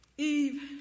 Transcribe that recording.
Eve